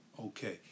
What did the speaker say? Okay